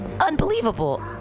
unbelievable